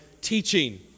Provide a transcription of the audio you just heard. teaching